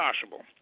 possible